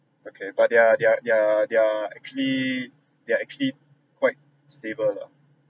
okay but they are they are they are they are they are actually they are actually quite stable lah